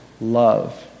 Love